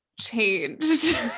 changed